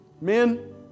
Men